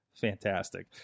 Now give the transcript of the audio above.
fantastic